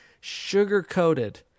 sugar-coated